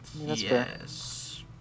Yes